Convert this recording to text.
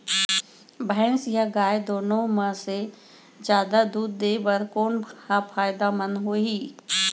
भैंस या गाय दुनो म से जादा दूध देहे बर कोन ह फायदामंद होही?